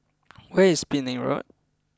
where is Penang Road